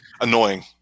annoying